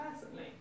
personally